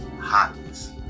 hotness